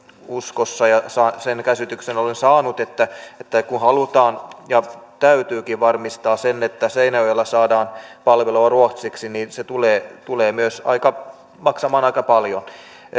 uskossa ja sen käsityksen olen saanut että että kun halutaan ja täytyykin varmistaa se että seinäjoella saadaan palvelua ruotsiksi niin se tulee tulee myös maksamaan aika paljon